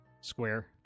square